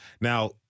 Now